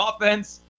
offense